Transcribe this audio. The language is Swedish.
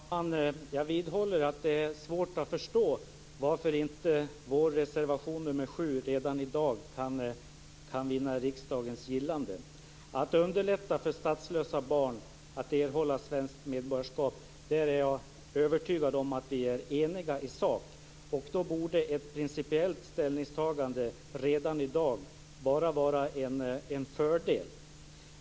Fru talman! Jag vidhåller att det är svårt att förstå varför inte vår reservation nr 7 redan i dag kan vinna riksdagens gillande. Jag är övertygad om att vi är eniga i sak om att underlätta för statslösa barn att erhålla svenskt medborgarskap. Då borde ett principiellt ställningstagande redan i dag bara vara en fördel.